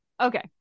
okay